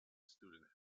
student